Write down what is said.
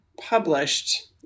published